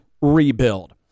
rebuild